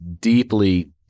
deeply